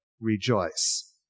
rejoice